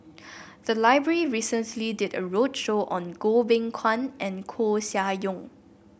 the library recently did a roadshow on Goh Beng Kwan and Koeh Sia Yong